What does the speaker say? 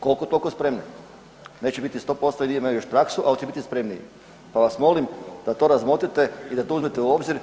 Koliko toliko spremne, neće biti 100% jer imaju još praksu, ali će biti spremniji, pa vas molim da to razmotrite i da to uzmete u obzir